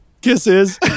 Kisses